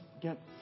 get